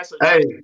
hey